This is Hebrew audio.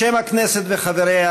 בשם הכנסת וחבריה,